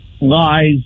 lies